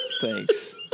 Thanks